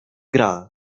gra